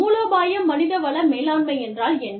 மூலோபாய மனித வள மேலாண்மை என்றால் என்ன